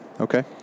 Okay